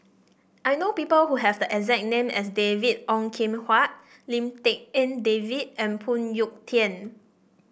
I know people who have the exact name as David Ong Kim Huat Lim Tik En David and Phoon Yew Tien